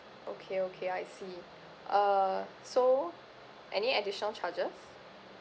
okay okay I see uh so any additional charges